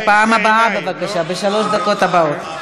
בפעם הבאה בבקשה, בשלוש הדקות הבאות.